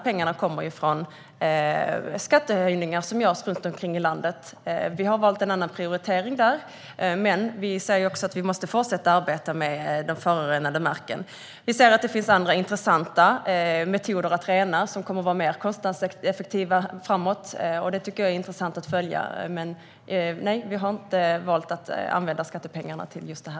Pengarna kommer från skattehöjningar som görs runt omkring i landet. Vi har valt en annan prioritering, men vi säger också att man måste fortsätta att arbeta med den förorenade marken. Det finns andra metoder att rena som kommer att vara mer kostnadseffektiva framåt, och det är intressant att följa. Men nej, vi har inte valt att använda skattepengarna till just detta.